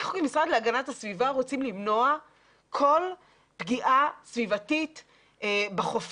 אנחנו כמשרד להגנת הסביבה רוצים למנוע כל פגיעה סביבתית בחופים,